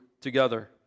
together